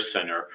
center